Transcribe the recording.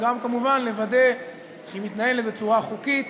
וגם כמובן לוודא שהיא מתנהלת בצורה חוקית,